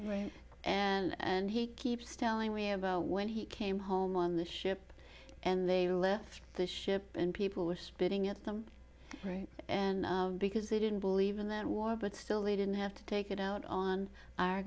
angry and he keeps telling me about when he came home on the ship and they left the ship and people were spitting at them right and because they didn't believe in that war but still they didn't have to take it out on our